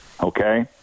okay